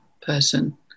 person